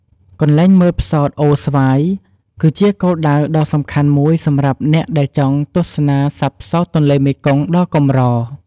កន្លែងមើលផ្សោតអូរស្វាយ គឺជាគោលដៅដ៏សំខាន់មួយសម្រាប់អ្នកដែលចង់ទស្សនាសត្វផ្សោតទន្លេមេគង្គដ៏កម្រ។